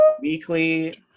weekly